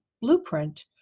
blueprint